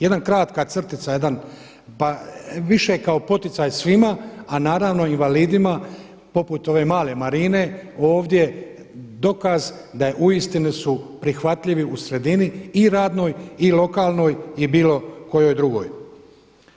Jedna kratka crtica, jedan, pa više kao poticaj svima a naravno invalidima poput ove male Marine ovdje, dokaz da uistinu su prihvatljivi u sredini i radnoj i lokalnoj i bilo kojoj drugoj.